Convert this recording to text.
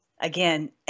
again